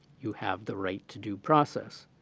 you have the right to due process.